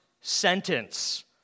sentence